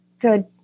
good